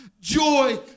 joy